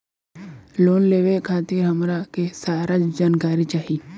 Loan लेवे खातीर हमरा के सारी जानकारी चाही?